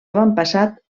avantpassat